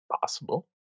possible